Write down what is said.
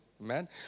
Amen